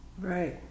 Right